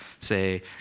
say